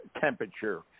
temperature